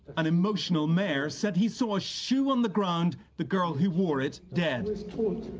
an emotional mayor said he saw a shoe on the ground. the girl who wore it dead.